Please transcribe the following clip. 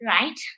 right